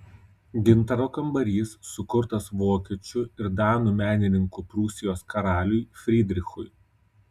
gintaro kambarys sukurtas vokiečių ir danų menininkų prūsijos karaliui frydrichui